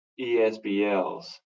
ESBLs